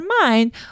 mind